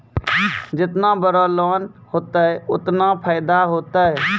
जेतना बड़ो लोन होतए ओतना फैदा होतए